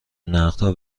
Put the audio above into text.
نقدها